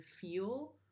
feel